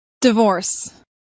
Divorce